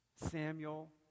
samuel